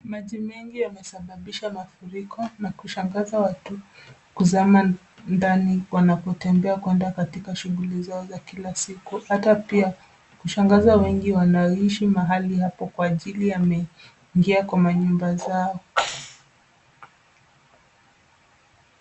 Maji mengi yanasababisha mafuriko na kushangaza watu kuzama ndani wanapotembea kwenda katika shughuli zao za kila siku hata pia hushangaza wengi wanaoishi mahali hapo kwa ajili yameingia kwa manyumba zao.